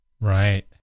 Right